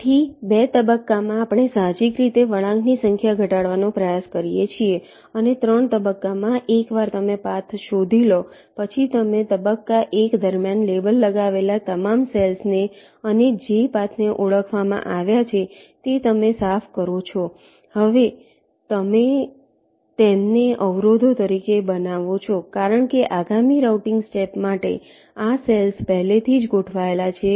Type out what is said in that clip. તેથી 2 તબક્કા માં આપણે સાહજિક રીતે વળાંકની સંખ્યા ઘટાડવાનો પ્રયાસ કરીએ છીએ અને 3 તબક્કા માં એકવાર તમે પાથ શોધી લો પછી તમે તબક્કા 1 દરમિયાન લેબલ લગાવેલા તમામ સેલ્સ ને અને જે પાથને ઓળખવામાં આવ્યા છે તે તમે સાફ કરો છો તમે તેમને હવે અવરોધો તરીકે બનાવો છો કારણ કે આગામી રાઉટીંગ સ્ટેપ માટે આ સેલ્સ પહેલેથી જ ગોઠવાયેલા છે